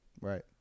Right